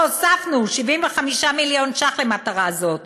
והוספנו 75 מיליון שקלים למטרה זו.